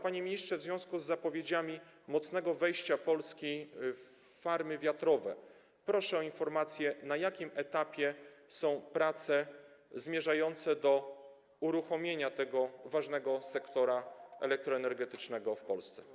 Panie ministrze, w związku z zapowiedziami mocnego wejścia Polski w farmy wiatrowe proszę o informację, na jakim etapie są prace zmierzające do uruchomienia tego ważnego sektora elektroenergetycznego w Polsce.